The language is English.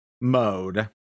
mode